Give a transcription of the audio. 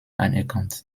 anerkannt